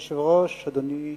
אדוני היושב-ראש, אדוני השר,